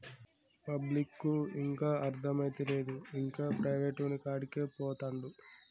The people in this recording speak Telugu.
పబ్లిక్కు ఇంకా అర్థమైతలేదు, ఇంకా ప్రైవేటోనికాడికే పోతండు